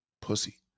pussy